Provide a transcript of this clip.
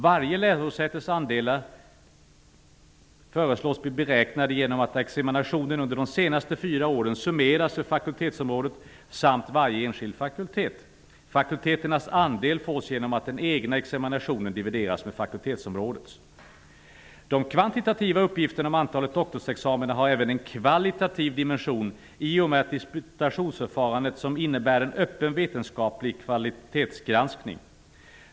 Varje lärosätes andelar föreslås bli beräknade genom att examinationen under de senaste fyra åren summeras för fakultetsområdet samt för varje enskild fakultet. Fakulteternas andel fås genom att den egna examinationen divideras med fakultetsområdets. De kvantitativa uppgifterna om antalet doktorsexamina har även en kvalitativ dimension i och med ett disputationsförfarande som innebär en öppen vetenskaplig kvalitetsgranskning.